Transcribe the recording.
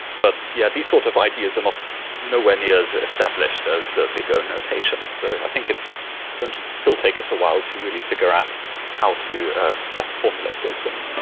but yeah, these sort of ideas and are nowhere near as established as the big o notation. so i think it's going to still take us a while to really figure out how to best formulate those things.